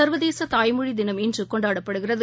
சர்வதேச தாய்மொழி தினம் இன்று கொண்டாடப்படுகிறது